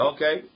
Okay